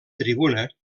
tribuna